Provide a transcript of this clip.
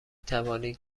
توانید